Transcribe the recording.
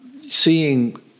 seeing